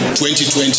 2020